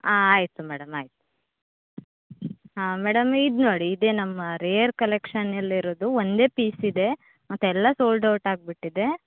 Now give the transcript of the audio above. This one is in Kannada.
ಹಾಂ ಆಯಿತು ಮೇಡಮ್ ಆಯ್ತು ಹಾಂ ಮೇಡಮ್ ಇದು ನೋಡಿ ಇದೇ ನಮ್ಮ ರೇರ್ ಕಲೆಕ್ಷನ್ನಲ್ಲಿರೋದು ಒಂದೇ ಪೀಸ್ ಇದೆ ಮತ್ತೆಲ್ಲ ಸೋಲ್ಡ್ಔಟ್ ಆಗಿಬಿಟ್ಟಿದೆ